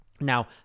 now